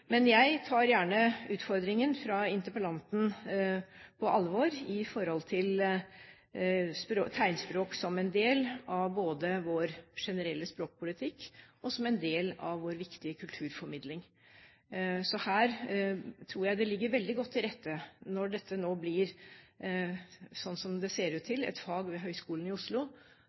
Men jeg tar gjerne utfordringen fra interpellanten på alvor når det gjelder tegnspråk både som en del av vår generelle språkpolitikk og som en del av vår viktige kulturformidling. Så her tror jeg det ligger veldig godt til rette når dette nå blir, slik som det ser ut til, et fag ved Høgskolen i Oslo,